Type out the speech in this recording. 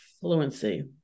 fluency